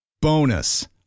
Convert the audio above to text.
Bonus